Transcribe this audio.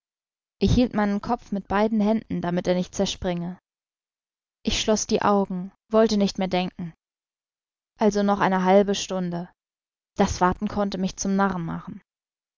ich hielt meinen kopf mit beiden händen damit er nicht zerspringe ich schloß die augen wollte nicht mehr denken also noch eine halbe stunde das warten konnte mich zum narren machen